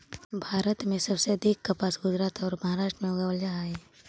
भारत में सबसे अधिक कपास गुजरात औउर महाराष्ट्र में उगावल जा हई